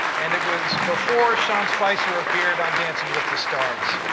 and it was before sean spicer appeared on dancing with the stars.